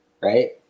Right